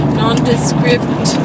nondescript